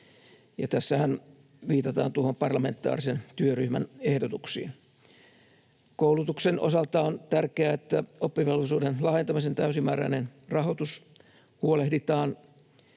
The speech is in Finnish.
tässähän viitataan tuohon parlamentaarisen työryhmän ehdotuksiin. Koulutuksen osalta on tärkeää, että oppivelvollisuuden laajentamisen täysimääräinen rahoitus huolehditaan.